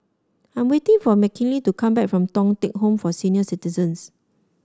I'm waiting for Mckinley to come back from Thong Teck Home for Senior Citizens